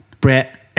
Brett